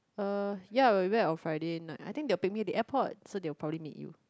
uh ya we went on Friday night I think they will pick me at the airport so they will probably meet you